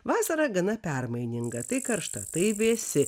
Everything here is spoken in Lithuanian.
vasara gana permaininga tai karšta tai vėsi